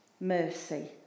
mercy